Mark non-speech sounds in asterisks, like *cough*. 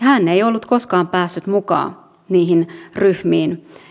*unintelligible* hän ei ollut koskaan päässyt mukaan niihin ryhmiin